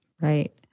Right